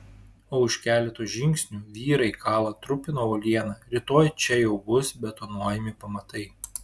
o už keleto žingsnių vyrai kala trupina uolieną rytoj čia jau bus betonuojami pamatai